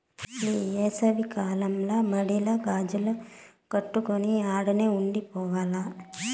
ఈ ఏసవి కాలంల మడిల గాజిల్లు కట్టుకొని ఆడనే ఉండి పోవాల్ల